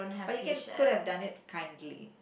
but you could have done it kindly